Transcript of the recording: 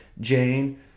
Jane